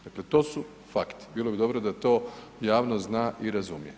Dakle, to su fakti, bilo bi dobro da to javnost zna i razumije.